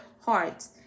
hearts